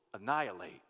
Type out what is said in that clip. annihilate